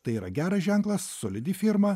tai yra geras ženklas solidi firma